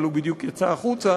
אבל הוא בדיוק יצא החוצה,